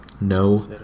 no